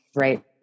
right